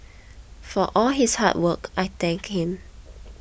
for all his hard work I thank him